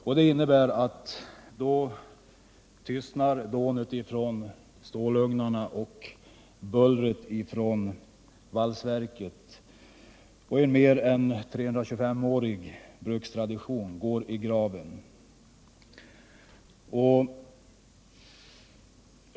Detta innebär att dånet från stålugnarna och bullret från valsverket då tystnar och att en mer än 325-årig brukstradition går i graven.